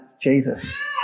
Jesus